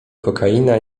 kokaina